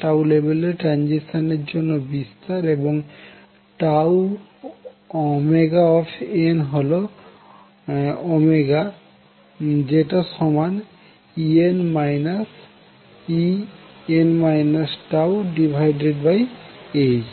τলেভেলে transition এর জন্য বিস্তার এবং τωn হল ω যেটা সমান En En τ ℏ